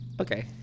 okay